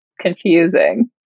Confusing